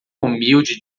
humilde